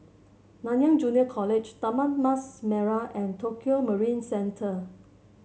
Nanyang Junior College Taman Mas Merah and Tokio Marine Centre